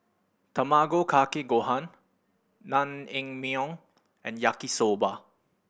Tamago Kake Gohan Naengmyeon and Yaki Soba